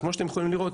כמו שאתם יכולים לראות,